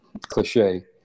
cliche